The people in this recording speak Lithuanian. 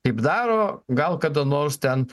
kaip daro gal kada nors ten